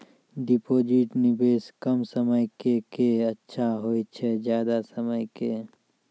Deposit निवेश कम समय के के अच्छा होय छै ज्यादा समय के?